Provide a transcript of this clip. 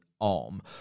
arm